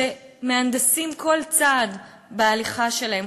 שמהנדסים כל צעד בהליכה שלהם,